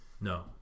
no